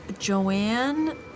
Joanne